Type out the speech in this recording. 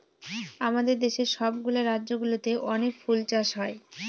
আমাদের দেশের সব গুলা রাজ্য গুলোতে অনেক ফুল চাষ হয়